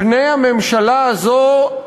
פני הממשלה הזו,